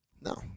No